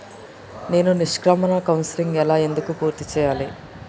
నేను నిష్క్రమణ కౌన్సెలింగ్ ఎలా ఎందుకు పూర్తి చేయాలి?